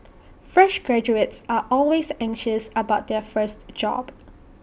fresh graduates are always anxious about their first job